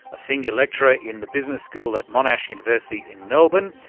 a senior lecturer in the business school at monash university in melbourne,